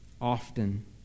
often